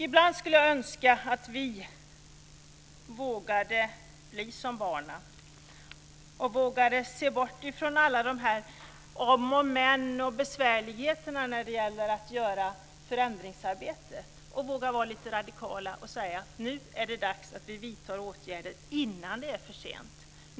Ibland skulle jag önska att vi, liksom barnen, vågade se bort från alla dessa om och men och besvärligheter när det gäller att göra förändringsarbetet och vara radikala och säga att nu är det dags att vi vidtar åtgärder innan det är för sent.